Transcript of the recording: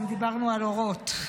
אם דיברנו על אורות.